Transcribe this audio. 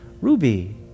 Ruby